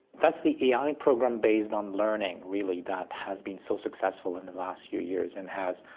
that's the a i. program based on learning, really, that has been so successful in the last few years and has.